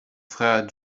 frère